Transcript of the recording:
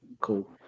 cool